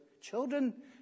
Children